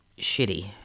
shitty